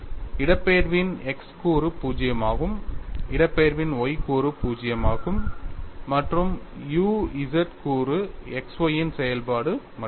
இடப்பெயர்வின் x கூறு 0 இடப்பெயர்வின் y கூறு 0 மற்றும் u z கூறு x y இன் செயல்பாடு மட்டுமே